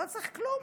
לא צריך כלום,